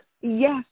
Yes